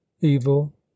evil